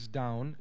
down